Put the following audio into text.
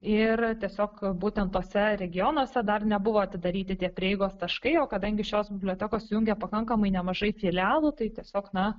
ir tiesiog būtent tuose regionuose dar nebuvo atidaryti tie prieigos taškai o kadangi šios bibliotekos jungia pakankamai nemažai filialų tai tiesiog na